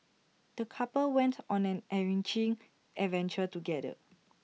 the couple went on an enriching adventure together